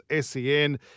SEN